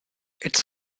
its